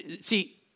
See